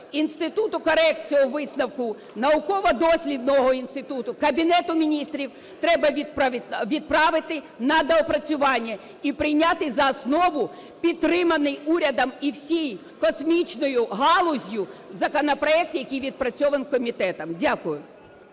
Інституту Корецького, висновку, науково-дослідного інституту, Кабінету Міністрів треба відправити на доопрацювання і прийняти за основу підтриманий урядом і всією космічною галуззю законопроект, який відпрацьований комітетом. Дякую.